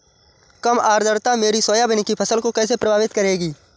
कम आर्द्रता मेरी सोयाबीन की फसल को कैसे प्रभावित करेगी?